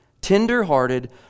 tender-hearted